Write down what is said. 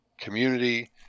community